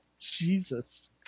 Jesus